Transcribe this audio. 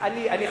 אני חתמתי.